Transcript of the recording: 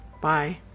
Bye